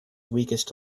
weakest